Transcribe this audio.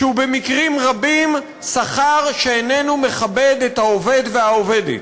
שהוא במקרים רבים שכר שאיננו מכבד את העובד והעובדת.